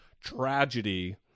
tragedy